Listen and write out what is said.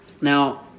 Now